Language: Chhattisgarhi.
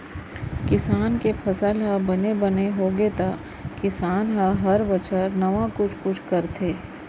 किसान के फसल ह बने बने होगे त किसान ह हर बछर नावा कुछ कुछ करथे